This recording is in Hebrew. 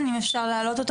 קוגן, אם אפשר להעלות אותו